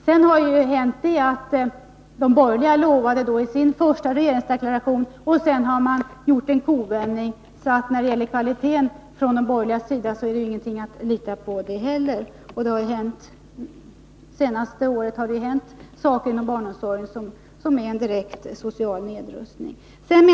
Sedan har det hänt att de borgerliga i sin första regeringsdeklaration ställde ett löfte, men därefter har man gjort en kovändning, varför de borgerliga inte är någonting att lita på när det gäller kvaliteten. Under det senaste året har det hänt saker inom barnomsorgen som innebär en direkt social nedrustning.